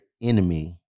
enemy